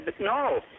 No